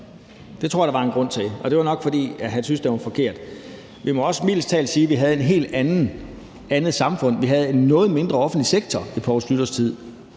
Det tror jeg der var en grund til, og det var nok, fordi han syntes, at den var forkert. Vi må også mildest talt sige, at vi havde et helt andet samfund. Vi havde en noget mindre offentlig sektor i Poul Schlüters tid,